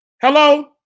Hello